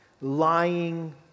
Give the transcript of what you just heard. Lying